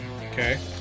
Okay